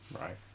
Right